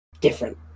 Different